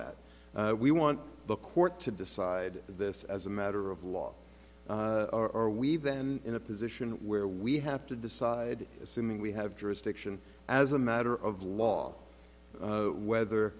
that we want the court to decide this as a matter of law or we've then in a position where we have to decide assuming we have jurisdiction as a matter of law whether